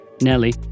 Nelly